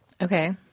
Okay